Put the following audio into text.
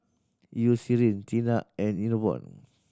Eucerin Tena and Enervon